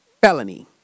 Felony